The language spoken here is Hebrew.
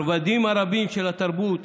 הרבדים הרבים של התרבות,